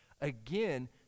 Again